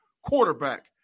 quarterback